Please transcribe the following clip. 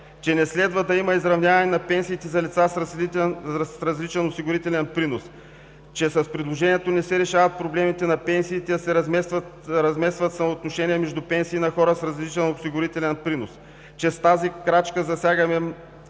че не следва да има изравняване на пенсиите за лица с различен осигурителен принос; че с предложението не се решават проблемите на пенсиите, а се размества съотношението между пенсии на хора с различен осигурителен принос; че с тази крачка засягаме